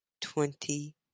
twenty